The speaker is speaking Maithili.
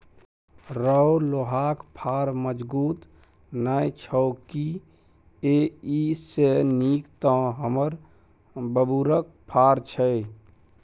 रौ लोहाक फार मजगुत नै छौ की एइसे नीक तँ हमर बबुरक फार छै